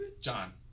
John